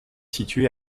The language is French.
situé